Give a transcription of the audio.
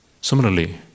Similarly